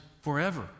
forever